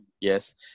Yes